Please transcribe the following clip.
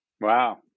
Wow